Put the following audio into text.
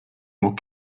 mots